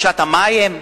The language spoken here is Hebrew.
קדושת המים?